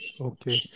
okay